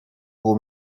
pro